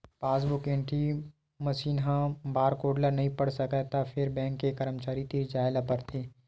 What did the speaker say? passbook entry machine ह barcode ल नइ पढ़ सकय त फेर बेंक के करमचारी तीर जाए ल परथे